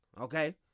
okay